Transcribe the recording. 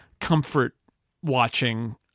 comfort-watching